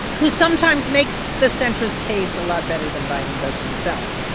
who sometimes makes the centrist case a lot better than biden does himself.